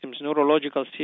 neurological